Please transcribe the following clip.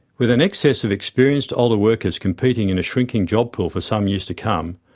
with an excess of experienced, older workers competing in a shrinking job pool for some years to come,